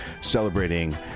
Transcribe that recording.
celebrating